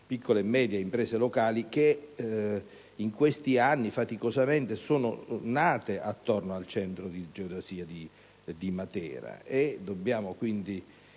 piccole e medie imprese locali, che in questi anni faticosamente sono nate attorno al Centro di geodesia. Dobbiamo quindi